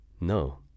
No